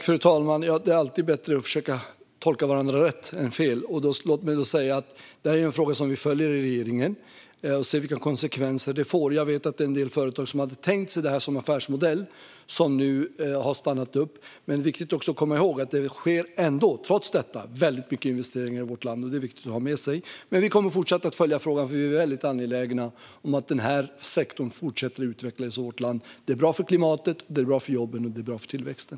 Fru talman! Det är alltid bättre att försöka tolka varandra rätt än fel. Detta är en fråga som vi följer i regeringen för att se vilka konsekvenser det får. Jag vet att en del företag som hade tänkt sig detta som affärsmodell nu har stannat upp. Men vi ska komma ihåg att det trots detta sker väldigt mycket investeringar i vårt land. Det är viktigt att ha med sig. Vi kommer att fortsätta att följa frågan, för vi är väldigt angelägna om att denna sektor fortsätter att utvecklas i vårt land. Det är bra för klimatet, det är bra för jobben och det är bra för tillväxten.